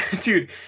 Dude